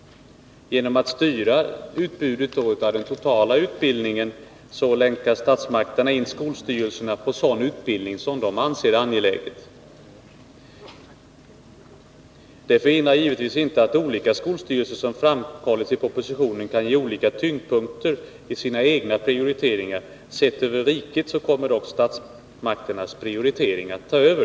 Genom att då styra utbudet av den totala utbildningen länkar statsmakterna in skolstyrelserna på sådan utbildning som de anser angelägen. Det hindrar givetvis inte att olika skolstyrelser, som framhållits i propositionen, kan ge olika tyngdpunkter i sina egna prioriteringar. Sett över riket kommer dock statsmakternas prioritering att ta över.